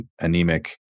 anemic